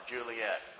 Juliet